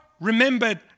Remembered